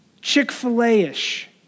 Chick-fil-A-ish